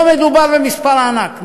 לא מדובר במספר ענק,